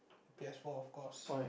P_S-four of course